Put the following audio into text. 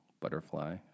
butterfly